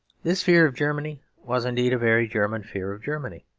this fear of germany was indeed a very german fear of germany.